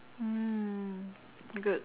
mm good